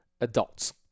adults